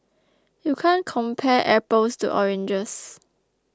you can't compare apples to oranges